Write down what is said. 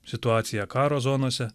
situaciją karo zonose